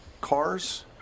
cars